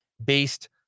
based